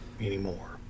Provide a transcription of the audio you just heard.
anymore